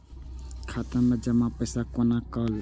खाता मैं जमा पैसा कोना कल